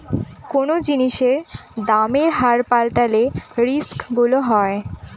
কোনো জিনিসের দামের হার পাল্টালে রিস্ক গুলো হয়